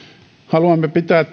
haluamme pitää